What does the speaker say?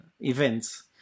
events